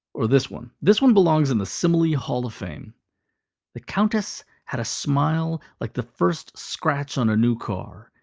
or this one. this one belongs in the simile hall of fame the countess had a smile like the first scratch on a new car.